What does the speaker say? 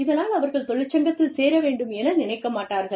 இதனால் அவர்கள் தொழிற்சங்கத்தில் சேர வேண்டும் என நினைக்க மாட்டார்கள்